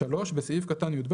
(3)בסעיף קטן (יב),